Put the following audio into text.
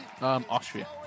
Austria